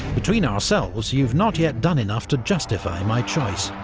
between ourselves, you've not yet done enough to justify my choice.